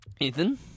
Ethan